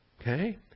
Okay